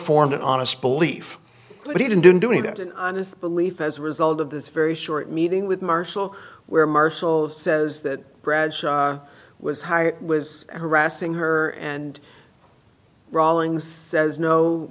formed an honest belief but he didn't do it on his belief as a result of this very short meeting with marshall where marshall says that brad was hired was harassing her and rawlings says no